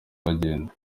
bagenda